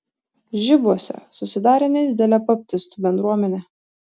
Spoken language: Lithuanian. žibuose susidarė nedidelė baptistų bendruomenė